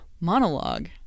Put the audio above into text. monologue